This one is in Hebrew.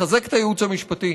לחזק את הייעוץ המשפטי,